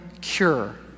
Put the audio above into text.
cure